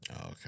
Okay